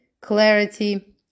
clarity